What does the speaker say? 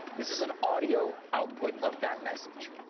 this is an audio output of that message.